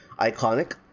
iconic